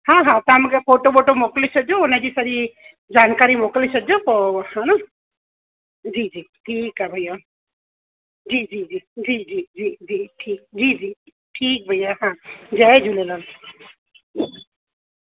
हा हा तव्हां मूंखे फ़ोटो वोटो मोकिले छॾिजो उन जी सॼी जानकारी मोकिले छॾिजो पोइ हा न जी जी ठीकु आहे भइया जी जी जी जी जी जी जी ठीकु जी जी ठीकु भइया हा जय झूलेलाल